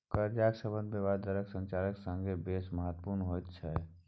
कर्जाक सम्बन्ध ब्याज दरक संरचनाक संगे बेस महत्वपुर्ण होइत छै